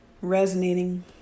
resonating